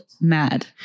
mad